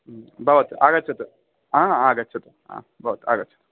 भवतु आगच्छतु हा आगच्छतु हा भवतु आगच्छतु